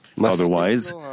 Otherwise